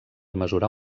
mesurar